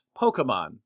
Pokemon